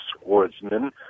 swordsman